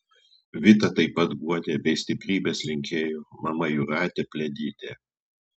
vitą taip pat guodė bei stiprybės linkėjo mama jūratė pliadytė